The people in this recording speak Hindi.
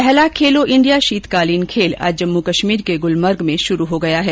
पहला खेलो इंडिया शीतकालीन खेल आज जम्मू कश्मीर के गुलमर्ग में शुरू हो गया है